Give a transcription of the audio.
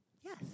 Yes